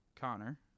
Connor